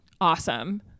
awesome